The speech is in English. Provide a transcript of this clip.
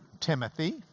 Timothy